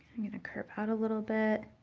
i'm gonna curve out a little bit